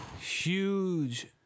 Huge